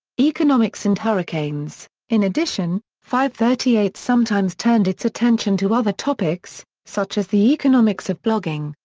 economics and hurricanes in addition, fivethirtyeight sometimes turned its attention to other topics, such as the economics of blogging,